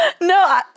No